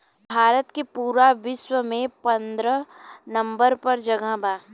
भारत के पूरा विश्व में पन्द्रह नंबर पर जगह बा